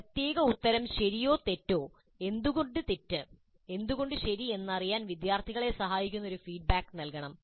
ഒരു പ്രത്യേക ഉത്തരം തെറ്റോ ശരിയോ എന്തുകൊണ്ട് തെറ്റ് എന്തുകൊണ്ട് ശരി എന്നറിയാൻ വിദ്യാർത്ഥികളെ സഹായിക്കുന്നതിന് ഫീഡ്ബാക്ക് നൽകണം